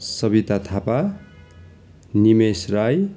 Sabita Thapa Nimesh Rai